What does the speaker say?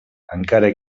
encara